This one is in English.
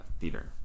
theater